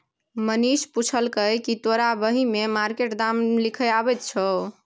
मनीष पुछलकै कि तोरा बही मे मार्केट दाम लिखे अबैत छौ